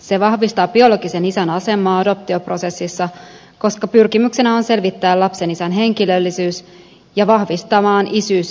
se vahvistaa biologisen isän asemaa adoptioprosessissa koska pyrkimyksenä on selvittää lapsen isän henkilöllisyys ja vahvistaa isyys ennen adoptiota